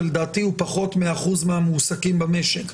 שלדעתי הוא פחות מאחוז מהמועסקים במשק.